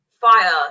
fire